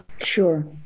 Sure